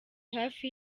hafi